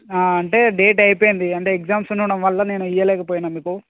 అంటే డేట్ అయిపోయింది అంటే ఎగ్జామ్స్ ఉండటం వల్ల నేను ఇవ్వలేకపోయాను మీకు